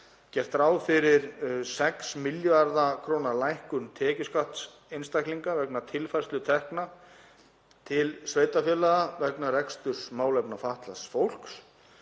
er ráð fyrir 6 milljarða kr. lækkun tekjuskatts einstaklinga vegna tilfærslna tekna til sveitarfélaga vegna reksturs málefna fatlaðs fólks.